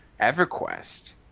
EverQuest